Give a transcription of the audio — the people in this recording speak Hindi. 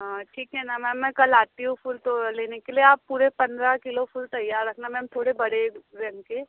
हाँ ठीक है न मैम मैं कल आती हूँ फूल लेने के लिए आप पूरे पंद्रह किलो फूल तैयार रखना मैम थोड़े बड़े रंग के